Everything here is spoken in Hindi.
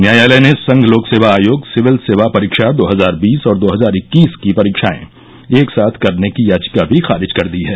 न्यायालय ने संघ लोकसेवा आयोग सिविल सेवा परीक्षा दो हजार बीस और दो हजार इक्कीस की परीक्षाएं एक साथ करने की याचिका भी खारिज कर दी है